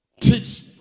teach